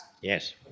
Yes